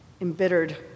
embittered